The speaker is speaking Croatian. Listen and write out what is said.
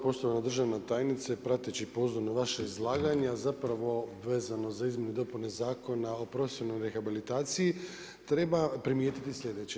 Poštovana državna tajnice, prateći pozorno vaše izlaganje a zapravo vezano za izmjenu i dopune zakona o profesionalnoj rehabilitaciji treba primijetiti sljedeće.